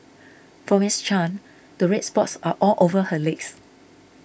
for Ms Chan the red spots are all over her legs